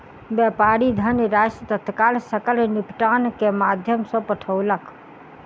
व्यापारी धनराशि तत्काल सकल निपटान के माध्यम सॅ पठौलक